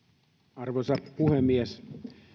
arvoisa puhemies